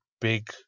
big